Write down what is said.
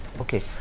Okay